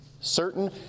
Certain